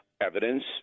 evidence